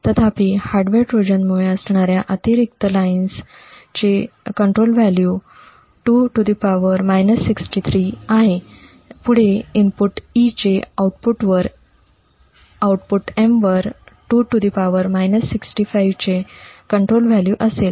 तथापि हार्डवेअर ट्रोजनमुळे असणाऱ्या अतिरिक्त ओळींचे नियंत्रण मूल्य २ आहे पुढे इनपुट 'E' चे आउटपुट 'M' वर 2 चे नियंत्रण मूल्य असेल